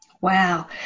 Wow